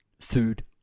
food